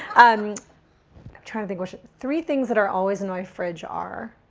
i'm trying to think three things that are always in my fridge are?